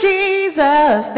Jesus